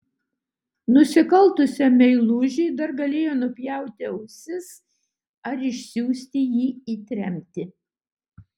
nusikaltusiam meilužiui dar galėjo nupjauti ausis ar išsiųsti jį į tremtį